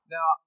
Now